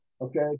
okay